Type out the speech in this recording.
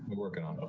working on.